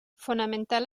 fonamentar